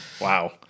Wow